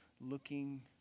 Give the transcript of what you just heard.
looking